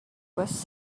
was